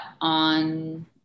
on